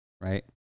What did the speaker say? right